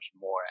more